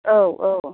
औ औ